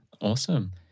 Awesome